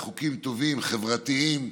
חוקים טובים, חברתיים,